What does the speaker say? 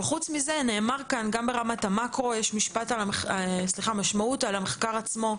בנוסף לכך נאמר כאן גם ברמת המאקרו המשמעות על המחקר עצמו,